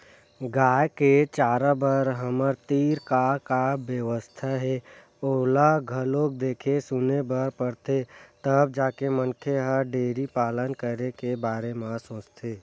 गाय के चारा बर हमर तीर का का बेवस्था हे ओला घलोक देखे सुने बर परथे तब जाके मनखे ह डेयरी पालन करे के बारे म सोचथे